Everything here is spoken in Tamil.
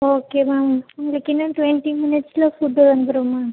ஓகே மேம் உங்களுக்கு இன்னும் டுவெண்ட்டி மினிட்ஸ்சில் ஃபுட்டு வந்துடும் மேம்